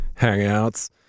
hangouts